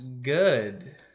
good